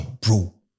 bro